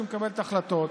שמקבלת החלטות.